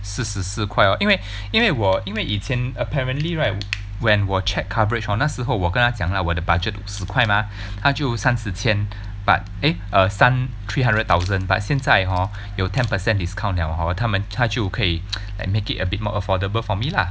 四十四块 lor 因为因为我因为以前 apparently right when 我 check coverage hor 那时候我跟他讲 lah 我的 budget 十块吗他就三十千 but eh err 三 three hundred thousand but 现在 hor 有 ten percent discount liao hor 他们他就可以 okay like make it a bit more affordable for me lah